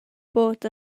bod